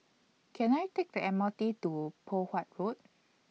Can I Take The M R T to Poh Huat Road